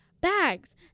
bags